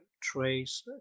trace